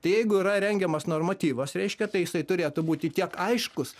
tai jeigu yra rengiamas normatyvas reiškia tai jisai turėtų būti tiek aiškus